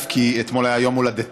כי אתמול היה יום הולדתה,